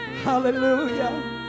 Hallelujah